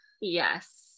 yes